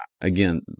again